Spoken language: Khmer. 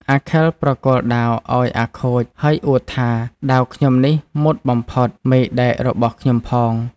អាខិលប្រគល់ដាវឱ្យអាខូចហើយអួតថា “ដាវខ្ញុំនេះមុតបំផុត មេដែករបស់ខ្ញុំផង។